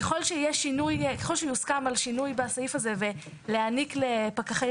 ככל שיוסכם על שינוי בסעיף הזה ולהעניק לפקחי